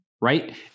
right